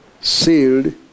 sealed